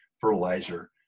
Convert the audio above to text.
fertilizer